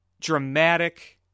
dramatic